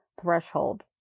threshold